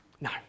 no